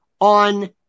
on